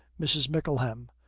mrs. mickleham.